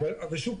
ושוב,